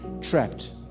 trapped